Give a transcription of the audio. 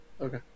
Okay